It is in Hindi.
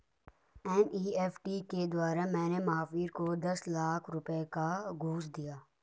एन.ई.एफ़.टी के द्वारा मैंने महावीर को दस लाख रुपए का घूंस दिया